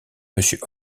monsieur